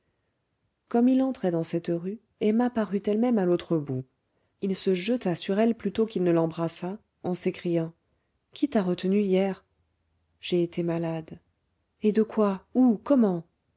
comme il entrait dans cette rue emma parut elle-même à l'autre bout il se jeta sur elle plutôt qu'il ne l'embrassa en s'écriant qui t'a retenue hier j'ai été malade et de quoi où comment